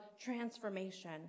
transformation